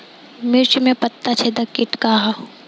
मिर्च में पता छेदक किट का है?